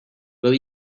will